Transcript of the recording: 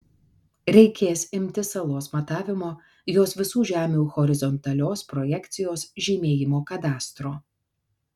reikės imtis salos matavimo jos visų žemių horizontalios projekcijos žymėjimo kadastro